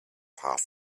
half